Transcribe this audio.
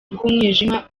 bw’umwijima